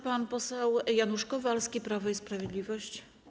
Pan poseł Janusz Kowalski, Prawo i Sprawiedliwość.